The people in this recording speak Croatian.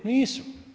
Nisu.